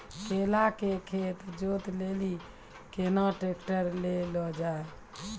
केला के खेत जोत लिली केना ट्रैक्टर ले लो जा?